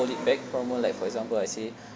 hold it back for more like for example I say